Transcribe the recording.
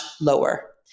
lower